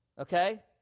Okay